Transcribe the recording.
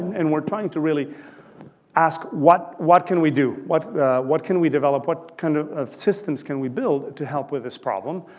and we're trying to really ask, what what can we do, what what can we develop, what kind of of systems can we build to help with this problem